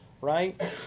Right